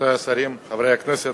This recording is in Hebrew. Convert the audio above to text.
רבותי השרים, חברי הכנסת,